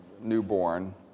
newborn